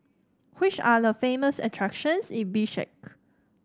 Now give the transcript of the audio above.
which are the famous attractions in Bishkek